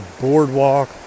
boardwalk